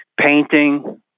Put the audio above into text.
painting